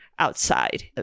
outside